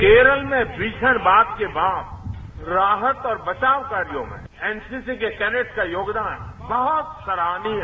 केरल में भीषण बाढ़ के बाद राहत और बचाव कार्यो में एनसीसी के कैडेट का योगदान बहुत सराहनीय है